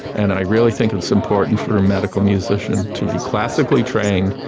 and i really think it's important for a medical musician to be classically trained,